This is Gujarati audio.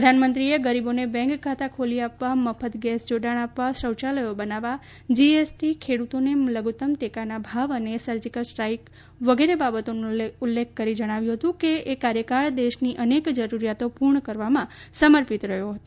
પ્રધાનમંત્રીએ ગરીબોને બેન્ક ખાતા ખોલી આપવા મફત ગેસ જોડાણ આપવા શૌચાલયો બનાવવા જીએસટી ખેડૂતોને લધુત્તમ ટેકાના ભાવ અને સર્જીકલ સ્ટ્રાઇક વગેરે બાબતોનો ઉલ્લેખ કરીને જણાવ્યું હતું કે એ કાર્યકાળ દેશની અનેક જરૂરિયાતો પૂર્ણ કરવામાં સમર્પિત રહ્યો હતો